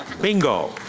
Bingo